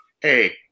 hey